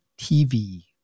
TV